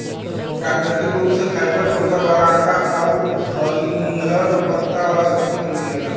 प्राकृतिक रूप से फाइबर चोकर वाला आटा आउर हरिहर पत्ता वाला सब्जी में मिलेला